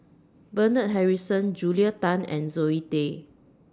Bernard Harrison Julia Tan and Zoe Tay